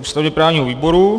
ústavněprávního výboru.